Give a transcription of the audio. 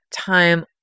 time